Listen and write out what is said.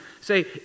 say